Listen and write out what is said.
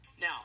Now